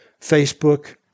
Facebook